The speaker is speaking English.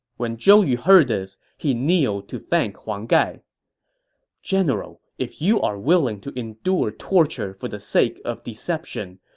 when zhou yu heard this, he kneeled to thank huang gai general, if you are willing to endure torture for the sake of deception,